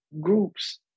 groups